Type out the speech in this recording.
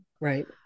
right